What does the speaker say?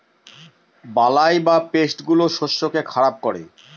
বালাই বা পেস্ট গুলো শস্যকে খারাপ করে